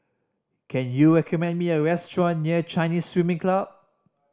can you recommend me a restaurant near Chinese Swimming Club